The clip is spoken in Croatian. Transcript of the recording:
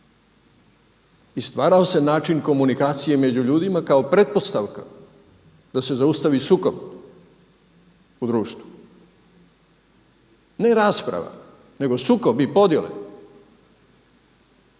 I stvarao se način komunikacije među ljudima kao pretpostavka da se zaustavi sukob u društvu, ne rasprava, nego sukob i podijele.